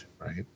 right